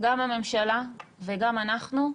גם הממשלה וגם אנחנו,